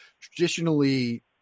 traditionally